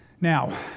Now